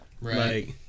Right